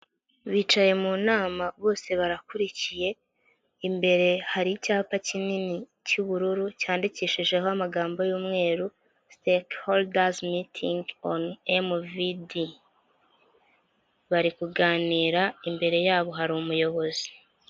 Bicaye mu nama bose barakurikiye, imbere hari icyapa kinini cy'ubururu, cyandikishijeho amagambo y'umweru sitake horudazi mitingi onu muvidi. Bari kuganira, imbere yabo hari umuyobozi.